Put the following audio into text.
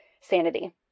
sanity